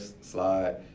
slide